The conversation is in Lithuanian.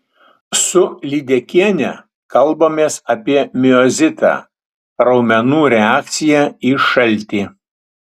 su lydekiene kalbamės apie miozitą raumenų reakciją į šaltį